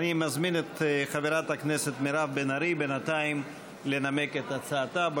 אני מזמין את חברת הכנסת מירב בן ארי בינתיים לנמק את הצעתה.